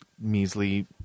measly